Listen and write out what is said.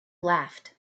laughed